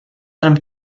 einem